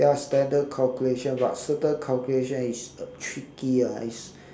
ya standard calculation but certain calculation is tricky ah is